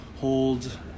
hold